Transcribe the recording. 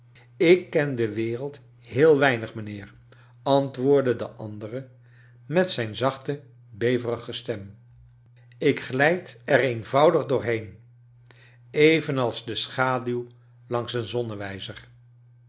ik ken de wereld heel v einig mijnheer antwcoidde de andere met zijn zachte beverige stem ik glijd er eenvoudig doorheen evenals de schaduw langs een